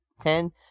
ten